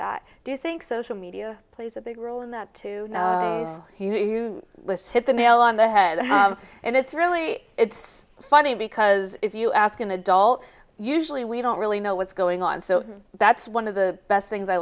that do you think social media plays a big role in that too you just hit the nail on the head and it's really it's funny because if you ask an adult usually we don't really know what's going on so that's one of the best things i